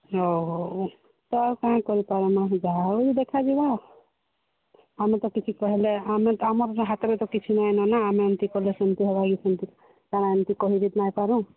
ହଉ ହଉ ତ କ'ଣ କରିପାର୍ମା ଯାହା ହଉ ଦେଖାଯିବା ଆଉ ଆମେ ତ କିଛି କହିଲେ ଆମେ ତ ଆମର ହାତରେ କିଛି ନାଇଁନ ନା ଆମେ ଏମତି କଲେ ସେମତି ହବା ବୋଲି ସେମତି କାଣା ଏମିତି କହିଦେଇ ନାଇଁପାରୁ